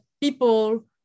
people